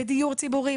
בדיור ציבורי,